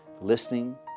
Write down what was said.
listening